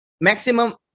maximum